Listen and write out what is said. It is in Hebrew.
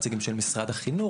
נציגים של משרד החינוך.